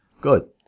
Good